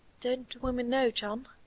don't women know, john?